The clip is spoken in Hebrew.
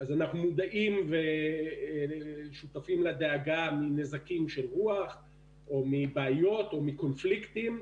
אנחנו שותפים לדאגה מנזקים של רוח ואנחנו מכירים בבעיות ובקונפליקטים,